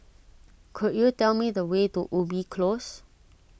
could you tell me the way to Ubi Close